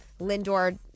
Lindor